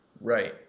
Right